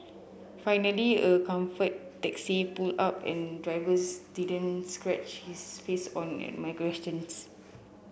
finally a Comfort taxi pulled up and drivers didn't scrunch his face on at my questions